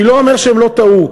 אני לא אומר שהם לא טעו,